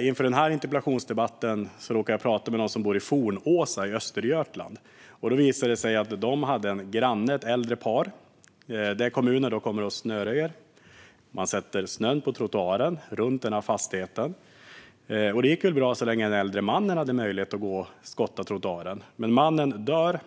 Inför denna interpellationsdebatt råkade jag prata med någon som bor i Fornåsa i Östergötland. Det visade sig att de hade grannar, ett äldre par, där kommunen kom och snöröjde. Man lade snön på trottoaren runt fastigheten. Det gick väl bra så länge den äldre mannen hade möjlighet att skotta trottoaren. Men mannen dör,